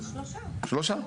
שלושה.